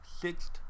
sixth